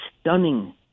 stunning